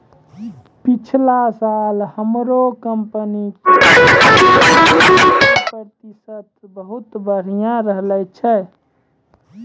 पिछला साल हमरो कंपनी के सूदो के वापसी प्रतिशत बहुते बढ़िया रहलै